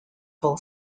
full